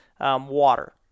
water